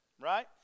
right